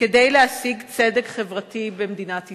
כדי להשיג צדק חברתי במדינת ישראל.